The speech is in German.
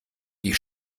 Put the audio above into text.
die